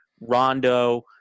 Rondo